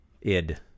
id